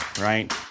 right